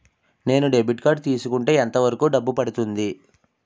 నేను debit card తీసుకుంటే ఎంత వరకు డబ్బు పడుతుంది?